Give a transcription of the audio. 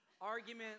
argument